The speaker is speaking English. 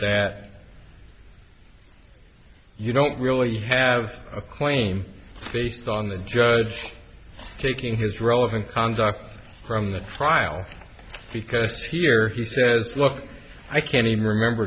that you don't really have a claim based on the judge taking his relevant conduct from the trial because here he says look i can't even remember